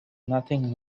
nothing